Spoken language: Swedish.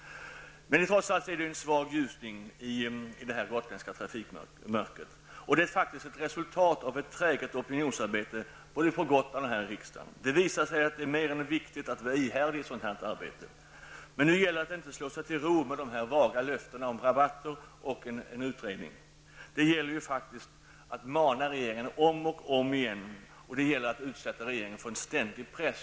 Trots allt är det en liten ljusning i det gotländska trafikmörkret. Det är faktiskt ett resultat av ett träget opinionsarbete både på Gotland och här i riksdagen. Det visar sig att det är mer än viktigt att vara ihärdig i sådant här arbete. Nu gäller det att inte slå sig till ro med vaga löften om rabatter och utredning. Det gäller faktiskt att mana på regeringen om och om igen och utsätta den för en ständig press.